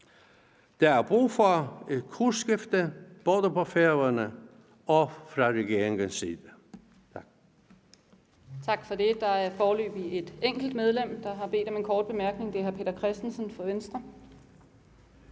Der er brug for et kursskifte både på Færøerne og fra regeringens side.